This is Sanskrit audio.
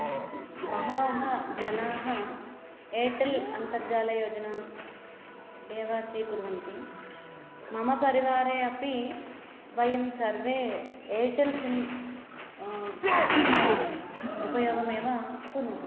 बहवः जनाः एर्टेल् अन्तर्जालयोजनाम् एव स्वीकुर्वन्ति मम परिवारे अपि वयं सर्वे एर्टेल् सिम् उपयोगमेव कुर्मः